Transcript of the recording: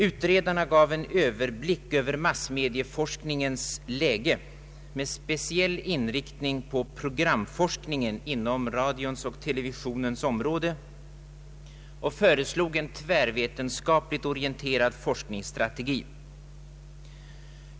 Utredarna gav en överblick över massmedieforskningens läge med speciell inriktning på programforskningen inom radions och televisionens område och föreslog en tvärvetenskapligt orienterad forskningsstrategi.